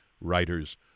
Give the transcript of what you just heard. writers